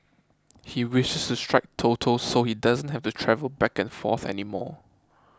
he wishes to strike Toto so he doesn't have to travel back and forth anymore